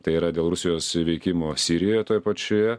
tai yra dėl rusijos veikimo sirijoje toj pačioje